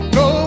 no